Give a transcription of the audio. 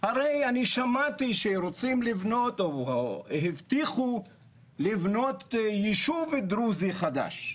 הרי אני שמעתי שרוצים לבנות או הבטיחו לבנות ישוב דרוזי חדש.